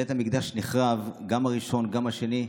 בית המקדש נחרב, גם הראשון, גם השני.